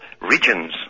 regions